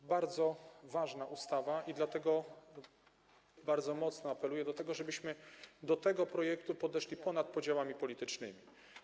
To bardzo ważna ustawa i dlatego bardzo mocno apeluję, żebyśmy do tego projektu podeszli ponad podziałami politycznymi.